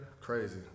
Crazy